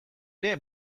ere